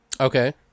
Okay